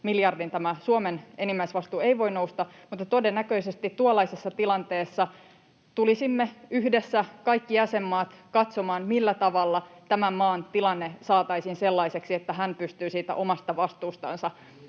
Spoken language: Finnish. miljardin tämä Suomen enimmäisvastuu ei voi nousta, mutta todennäköisesti tuollaisessa tilanteessa tulisimme yhdessä kaikki jäsenmaat katsomaan, millä tavalla tämän maan tilanne saataisiin sellaiseksi, että se pystyy siitä omasta vastuustansa